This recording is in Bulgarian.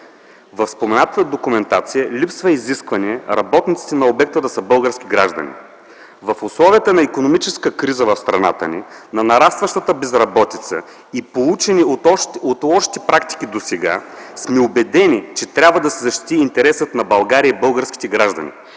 - в споменатата документация липсва изискване работниците на обекта да са български граждани. В условия на икономическа криза в страната ни, на нарастваща безработица и поучени от лошите практики досега сме убедени, че трябва да се защити интереса на България и българските граждани.